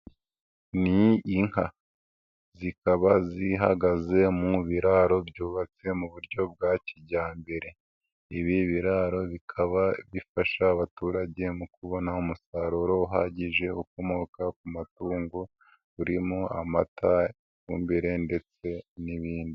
Ni inka zikaba zihagaze mu biraro byubatse mu buryo bwa kijyambere, ibi biraro bikaba bifasha abaturage mu kubona umusaruro uhagije ukomoka ku matungo burimo amata, ifumbire ndetse n'ibindi.